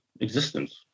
existence